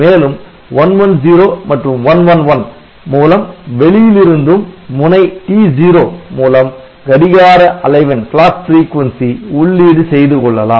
மேலும் 110 மற்றும் 111 மூலம் வெளியில் இருந்தும் முனை T0 மூலம் கடிகார அலைவெண் உள்ளீடு செய்து கொள்ளலாம்